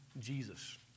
Jesus